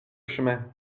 chemin